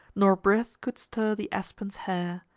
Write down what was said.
nor breath could stir the aspen's hair,